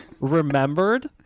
remembered